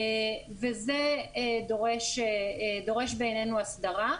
וזה דורש בעינינו הסדרה.